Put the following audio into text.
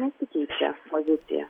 nesikeičia pozicija